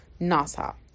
NASA